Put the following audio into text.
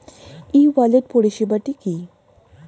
ই wallet পরিষেবাটি কি?